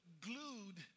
glued